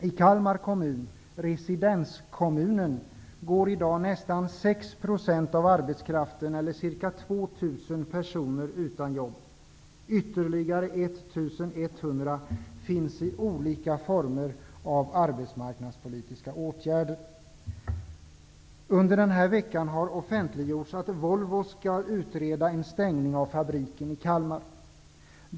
I Kalmar kommun, residenskommunen, går i dag nästan 6 % Ytterligare 1 100 finns i olika former av arbetsmarknadspolitiska åtgärder. Under den här veckan har offentliggjorts att Volvo skall ureda en stängning av fabriken i Kalmar.